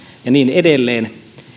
ja niin edelleen